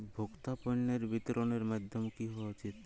ভোক্তা পণ্যের বিতরণের মাধ্যম কী হওয়া উচিৎ?